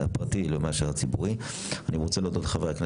אני רוצה להודות גם לחברי הכנסת.